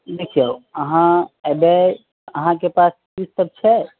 देखियौ अहाँ ऐबे अहाँके पास किट सब छै